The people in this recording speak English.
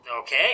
Okay